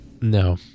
No